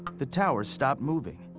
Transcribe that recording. the tower stopped moving.